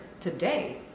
today